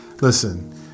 Listen